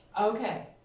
Okay